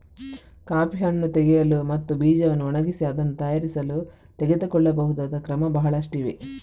coffee ಹಣ್ಣು ತೆಗೆಯಲು ಮತ್ತು ಬೀಜವನ್ನು ಒಣಗಿಸಿ ಅದನ್ನು ತಯಾರಿಸಲು ತೆಗೆದುಕೊಳ್ಳಬಹುದಾದ ಕ್ರಮ ಬಹಳಷ್ಟಿವೆ